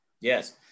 Yes